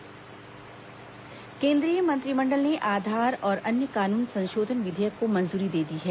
केंद्रीय मंत्रिमंडल मंजूरी केन्द्रीय मंत्रिमंडल ने आधार और अन्य कानून संशोधन विधेयक को मंजूरी दे दी है